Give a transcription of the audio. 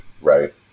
Right